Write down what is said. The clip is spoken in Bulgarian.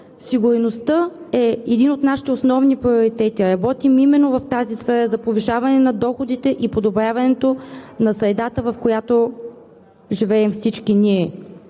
Сигурността е един от нашите основни приоритети – работим именно в сферата за повишаване на доходите и подобряване на средата, в която живеем всички ние.